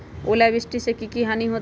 ओलावृष्टि से की की हानि होतै?